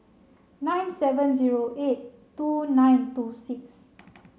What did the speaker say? nine seven zero eight two nine two six